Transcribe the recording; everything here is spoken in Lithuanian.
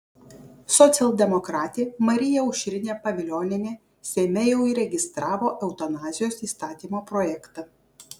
socialdemokratė marija aušrinė pavilionienė seime jau įregistravo eutanazijos įstatymo projektą